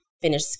finish